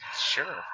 Sure